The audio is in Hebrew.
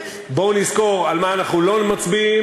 בואו נזכור על מה אנחנו לא מצביעים,